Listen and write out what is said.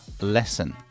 lesson